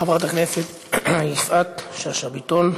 חברת הכנסת יפעת שאשא ביטון.